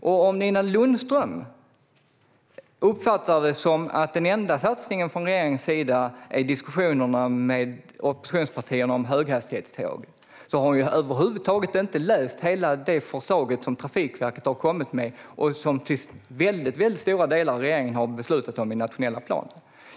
Om Nina Lundström uppfattar det som att den enda satsningen från regeringens sida är diskussionerna med oppositionspartierna om höghastighetståg har hon över huvud taget inte läst hela det förslag som Trafikverket har kommit med och som regeringen till väldigt stora delar har beslutat om i den nationella planen.